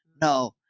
No